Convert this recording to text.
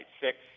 six